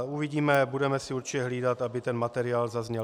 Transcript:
Uvidíme, budeme si určitě hlídat, aby ten materiál zazněl.